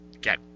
get